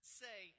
say